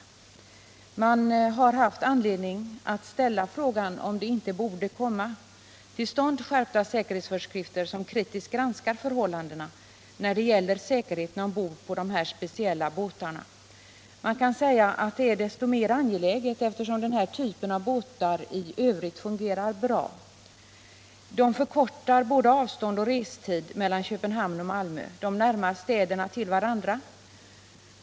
Man har haft anledning ställa frågan om det inte borde komma till stånd skärpta föreskrifter som kritiskt granskar förhållandena när det gäller säkerheten ombord på båtarna. Man kan säga att det är desto mera angeläget eftersom den här typen av båtar i övrigt fungerar bra. Bärplansbåtarna förkortar restiden och därmed avståndet mellan Köpenhamn och Malmö. De närmar städerna till varandra.